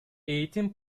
eğitim